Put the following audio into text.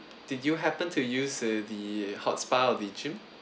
did you happen to use uh the hot spa or the gym